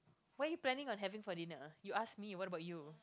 what are you planning on having for dinner you asked me what about you